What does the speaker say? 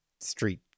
street